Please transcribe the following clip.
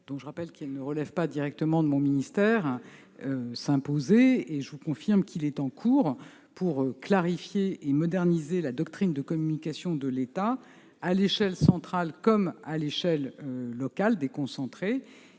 dont je rappelle qu'elle ne relève pas directement de mon ministère, s'imposait. Il est donc en cours pour clarifier et moderniser la doctrine de communication de l'État, à l'échelle centrale comme à l'échelle locale. Il s'agit